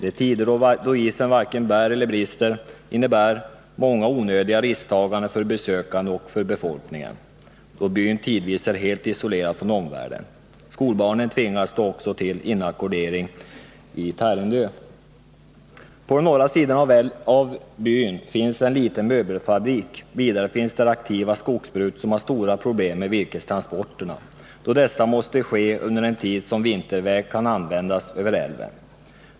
I tider då isen varken bär eller brister blir det många onödiga risktaganden för besökande och för befolkningen, då byn tidvis är helt isolerad från omvärlden. Skolbarnen tvingas då också till inackordering i Tärendö. På den norra sidan av byn finns en liten möbelfabrik. Vidare finns där aktiva skogsbruk som har stora problem med virkestransporterna, då dessa måste ske under den tid då vinterväg över älven kan användas.